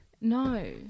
No